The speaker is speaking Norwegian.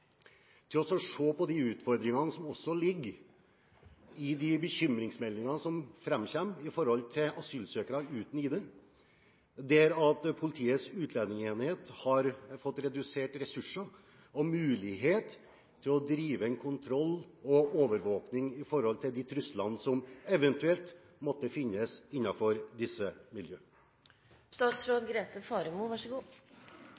til å se på de utfordringene som også ligger i de bekymringsmeldingene som framkommer om asylsøkere uten ID, da Politiets utlendingsenhet har fått reduserte ressurser og muligheter til å drive kontroll og overvåking i forbindelse med de truslene som eventuelt måtte finnes innenfor disse